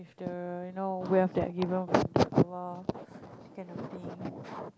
the you know wealth that given with kind of thing